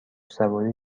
سواری